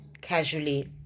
casually